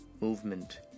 movement